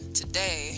today